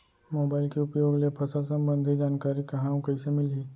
Mobile के उपयोग ले फसल सम्बन्धी जानकारी कहाँ अऊ कइसे मिलही?